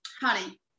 honey